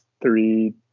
three